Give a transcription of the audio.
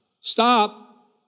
Stop